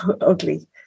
ugly